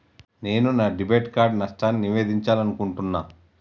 నేను నా debit card నష్టాన్ని నివేదించాలనుకుంటున్నా